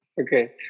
Okay